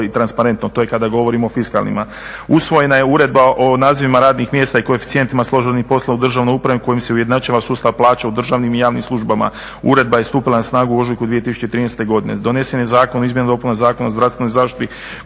i transparentno. To je kada govorimo o fiskalnima. Usvojena je uredba o nazivima radnih mjesta i koeficijentima složenih poslova u državnoj upravi kojima se ujednačava sustav plaća u državnim i javnim službama. Uredba je stupila na snagu u ožujku 2013. godini. Donesen je Zakon o izmjeni i dopuni Zakona o zdravstvenoj zaštiti